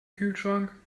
kühlschrank